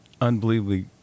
unbelievably